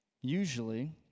Usually